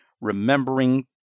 remembering